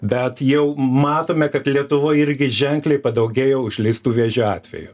bet jau matome kad lietuvoj irgi ženkliai padaugėjo užleistų vėžio atvejų